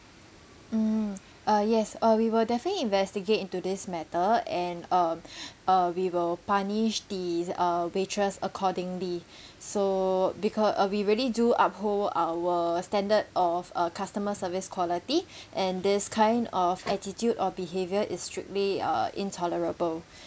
mm uh yes uh we will definitely investigate into this matter and um uh we will punish the uh waitress accordingly so because uh we really do uphold our standard of uh customer service quality and this kind of attitude or behavior is strictly uh intolerable